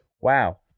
wow